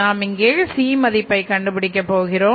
நாம் இங்கே C மதிப்பை கண்டுபிடிக்க போகிறோம்